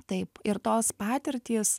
taip ir tos patirtys